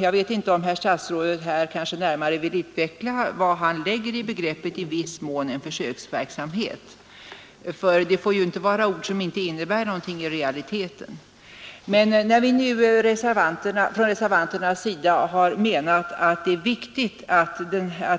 Jag vet inte om herr statsrådet här närmare vill utveckla vad han lägger in i begreppet ”i viss mån en försöksverksamhet”. Det får ju inte vara ord som inte innebär någonting i realiteten. Men när nu reservanterna anser att det är viktigt att